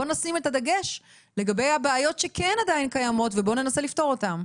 בוא נשים את הדגש לגבי הבעיות שכן עדין קיימות ובואו ננסה לפתור אותן.